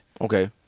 Okay